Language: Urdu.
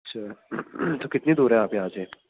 اچھا تو کتنی دور ہیں آپ یہاں سے